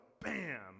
bam